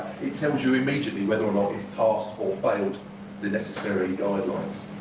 it tells you immediately whether and it has passed or failed the necessary guidelines.